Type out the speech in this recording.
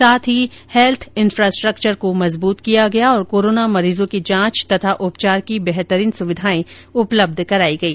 साथ ही health infrastructure को मजबूत किया गया और कोरोना मरीजों के जांच तथा उपचार की बेहतरीन सुविधाएं उपलब्ध कराई गई